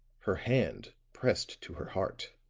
her hand pressed to her heart.